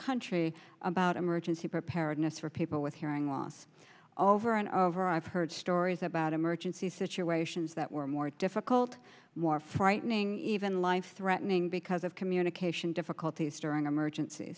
country about emergency preparedness for people with hearing loss all over and over i've heard stories about emergency situations that were more difficult more frightening even life threatening because of communication difficulties during emergenc